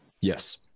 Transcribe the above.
Yes